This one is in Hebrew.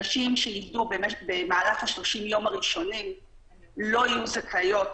שנשים שילדו במהלך 30 הימים הראשונים לא יהיו זכאיות,